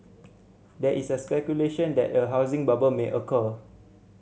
there is speculation that a housing bubble may occur